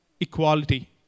equality